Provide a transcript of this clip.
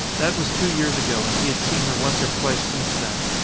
that was two years ago and he had seen her once or twice since then.